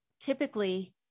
typically